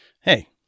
Hey